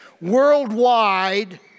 Worldwide